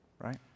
right